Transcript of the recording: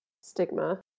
stigma